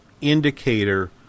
indicator